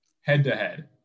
head-to-head